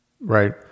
right